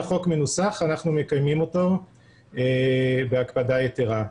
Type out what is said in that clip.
אבל כפי שהחוק מנוסח אנחנו מקיימים אותו בהקפדה יתרה,